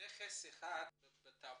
כנכס אחד בטאבו?